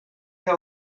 weer